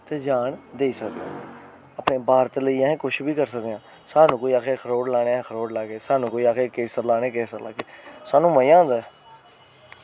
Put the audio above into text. ते जान देई सकदे आं ते अपने भारत लेई अस कुछ बी करी सकदे आं स्हानू कोई आक्खै खरोट लाने अस खरोट लागे केसर आक्खै केसर लागे स्हानू मज़ा आंदा